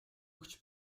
өгч